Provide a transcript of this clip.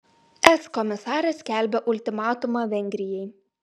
es komisarė skelbia ultimatumą vengrijai